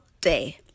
Day